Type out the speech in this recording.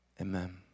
amen